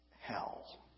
hell